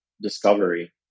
discovery